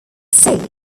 sea